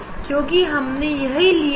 क्योंकि हमने यही लिया था